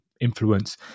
influence